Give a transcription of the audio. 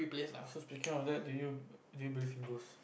so speaking of that do you do you believe in ghost